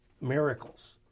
miracles